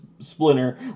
splinter